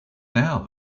now